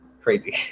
crazy